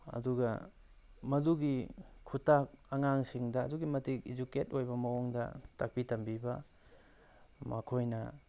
ꯑꯗꯨꯒ ꯃꯗꯨꯒꯤ ꯈꯨꯇꯥꯛ ꯑꯉꯥꯡꯁꯤꯡꯗ ꯑꯗꯨꯛꯀꯤ ꯃꯇꯤꯛ ꯏꯗꯨꯀꯦꯠ ꯑꯣꯏꯕ ꯃꯑꯣꯡꯗ ꯇꯥꯛꯄꯤ ꯇꯝꯕꯤꯕ ꯃꯈꯣꯏꯅ